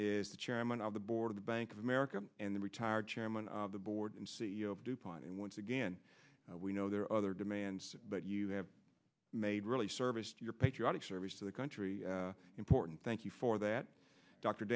is the chairman of the board of the bank of america and the retired chairman of the board and c e o of dupont and once again we know there are other demands but you have made really service to your patriotic service to the country important thank you for that dr